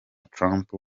trump